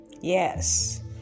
Yes